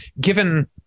given